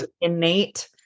Innate